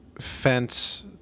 fence